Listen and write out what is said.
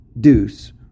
deuce